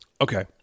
okay